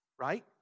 right